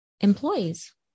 employees